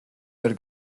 ვერ